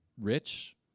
rich